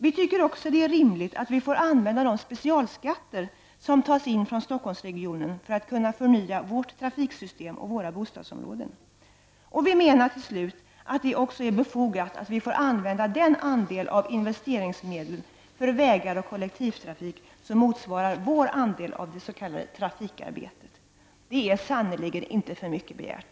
Vi tycker också att det är rimligt att vi får använda de specialskatter som tas in från Stockholmsregionen för att kunna förnya vårt trafiksystem och våra bostadsområden. Vi menar till slut att det också är befogat att vi får använda den andel av investeringsmedlen för vägar och kollektivtrafik som motsvarar vår andel av det s.k. trafikarbetet. Detta är sannerligen inte för mycket begärt.